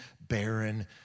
barren